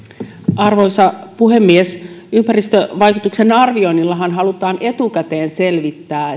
arvoisa puhemies ympäristövaikutuksen arvioinnillahan halutaan etukäteen selvittää